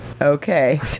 Okay